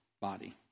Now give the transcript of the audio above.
body